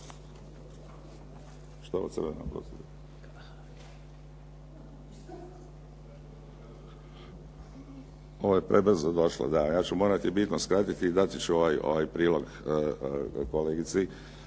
Ovo je prebrzo došlo, da. Ja ću morati bitno skratiti i dati ću ovaj prilog kolegici,